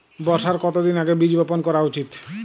বর্ষার কতদিন আগে বীজ বপন করা উচিৎ?